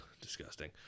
Disgusting